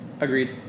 agreed